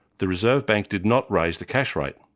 the reserve bank did not raise the cash rate.